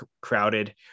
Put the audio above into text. crowded